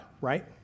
right